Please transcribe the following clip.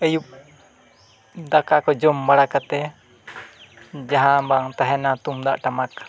ᱟᱹᱭᱩᱵ ᱫᱟᱠᱟ ᱠᱚ ᱡᱚᱢ ᱵᱟᱲᱟ ᱠᱟᱛᱮ ᱡᱟᱦᱟᱸ ᱵᱟᱝ ᱛᱟᱦᱮᱱᱟ ᱛᱩᱢᱫᱟᱜ ᱴᱟᱢᱟᱠ